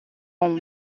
ont